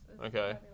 Okay